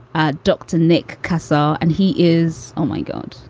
ah doctor nick castle, and he is. oh, my god.